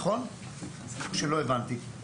זה נכון או שלא הבנתי?